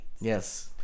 Yes